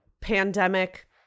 pandemic